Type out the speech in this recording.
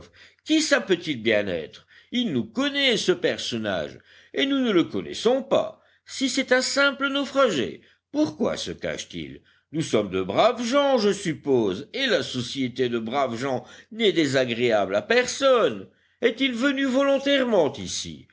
qui ça peut-il bien être il nous connaît ce personnage et nous ne le connaissons pas si c'est un simple naufragé pourquoi se cache-t-il nous sommes de braves gens je suppose et la société de braves gens n'est désagréable à personne est-il venu volontairement ici